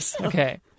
Okay